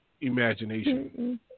imagination